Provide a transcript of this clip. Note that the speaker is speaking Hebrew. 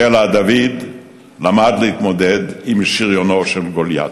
קלע דוד למד להתמודד עם שריונו של גוליית.